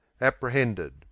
apprehended